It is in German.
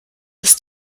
ist